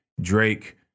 Drake